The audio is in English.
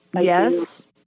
Yes